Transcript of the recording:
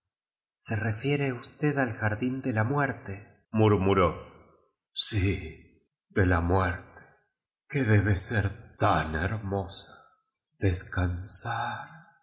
se refiere usted al jardín de ja muerte murmuró sí de la muerte que debe ser tan her mosa í descansar